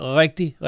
rigtig